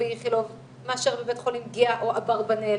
באיכילוב מאשר מבית חולים גהה או אברבנאל.